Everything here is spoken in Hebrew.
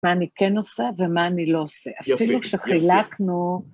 מה אני כן עושה ומה אני לא עושה. יפה, יפה, אפילו כשחילקנו...